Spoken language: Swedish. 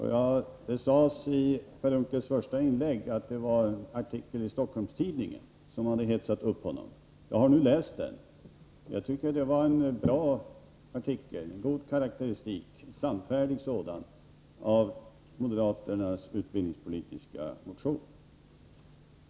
Han sade i sitt första inlägg att det var en artikel i Stockholms-Tidningen som hade hetsat upp honom. Jag har nu läst den, och jag tycker att det var en bra artikel. Den gav en god karakteristik, en sannfärdig sådan, av moderaternas utbildningspolitiska motion.